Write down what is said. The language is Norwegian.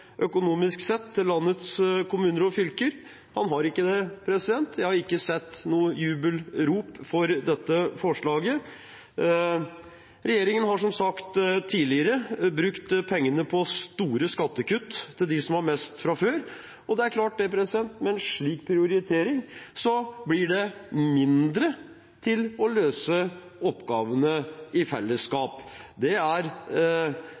økonomisk sett i landets kommuner og fylker. Den har ikke det, jeg har ikke sett noe jubelrop for dette forslaget. Regjeringen har som sagt tidligere brukt pengene på store skattekutt til dem som har mest fra før, og det er klart at med en slik prioritering blir det mindre til å løse oppgavene i fellesskap. Det er